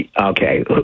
Okay